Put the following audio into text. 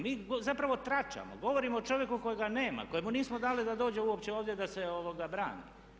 Mi zapravo tračamo, govorimo o čovjeku kojeg nema, kojemu nismo dali da dođe uopće ovdje da se brani.